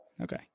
Okay